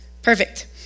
Perfect